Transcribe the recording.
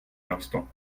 l’instant